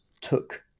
took